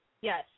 Yes